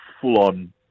full-on